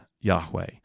Yahweh